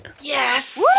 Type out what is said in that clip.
Yes